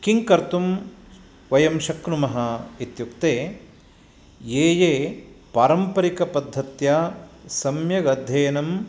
किं कर्तुं वयं शक्नुमः इत्युक्ते ये ये पारम्परिकपद्धत्या सम्यगध्ययनं